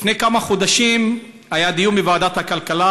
לפני כמה חודשים היה דיון בוועדת הכלכלה,